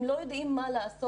הם לא יודעים מה לעשות,